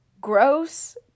gross